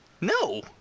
No